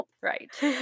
Right